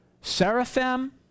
seraphim